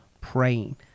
praying